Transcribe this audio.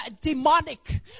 demonic